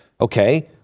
Okay